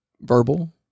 verbal